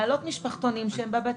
בעלות משפחתונים שהם בבתים,